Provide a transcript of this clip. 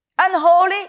Unholy